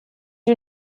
you